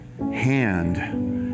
hand